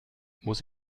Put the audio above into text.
muss